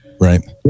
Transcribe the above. Right